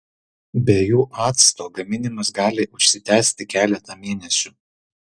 be jų acto gaminimas gali užsitęsti keletą mėnesių